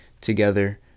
together